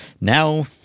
now